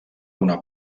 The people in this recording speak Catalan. una